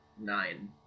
nine